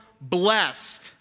blessed